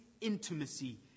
intimacy